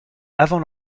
avant